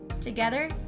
Together